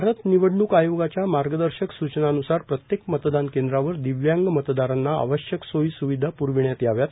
भारत निवडणूक आयोगाच्या मार्गदर्शक सूचनांन्सार प्रत्येक मतदान केंद्रावर दिव्यांग मतदारांना आवश्यक सोयी स्विधा प्रविण्यात याव्यात